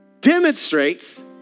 demonstrates